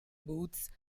booths